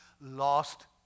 lost